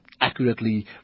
Accurately